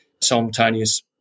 simultaneous